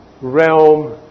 realm